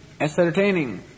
ascertaining